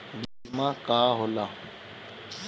बीमा का होला?